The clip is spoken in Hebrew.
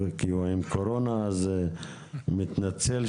המחלה והתחלואה שאנחנו מקדמים וממשיכים,